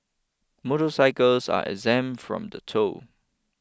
motorcycles are exempt from the toll